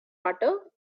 butter